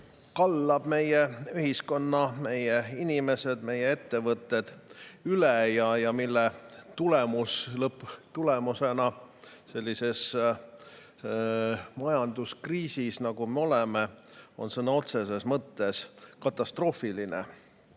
kallab meie ühiskonna, meie inimesed ja meie ettevõtted üle. Selle lõpptulemus on sellises majanduskriisis, nagu me oleme, sõna otseses mõttes katastroofiline.